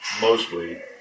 mostly